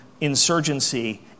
insurgency